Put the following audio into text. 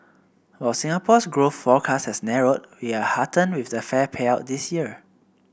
while Singapore's growth forecast has narrowed we are heartened with the fair payout this year